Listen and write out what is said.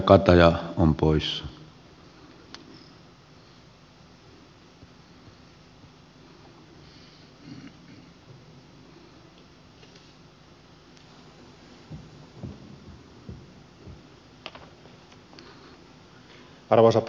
arvoisa herra puhemies